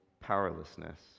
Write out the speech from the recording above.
powerlessness